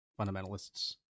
fundamentalists